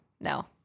no